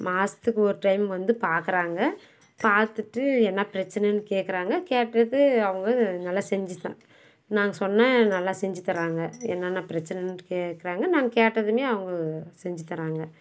மாதத்துக்கு ஒரு டைம் வந்து பார்க்கறாங்க பார்த்துட்டு என்ன பிரச்சனைன்னு கேக்கிறாங்க கேட்டுட்டு அவங்க நல்லா செஞ்சு நாங்கள் சொன்னால் நல்லா செஞ்சுத் தர்றாங்க என்னென்ன பிரச்சனைன்னுட்டு கேக்கிறாங்க நாங்கள் கேட்டதுமே அவங்க செஞ்சுத் தர்றாங்க